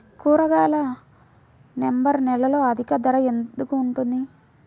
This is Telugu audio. కూరగాయలు నవంబర్ నెలలో అధిక ధర ఎందుకు ఉంటుంది?